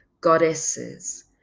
goddesses